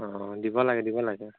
অ দিব লাগে দিব লাগে